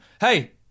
Hey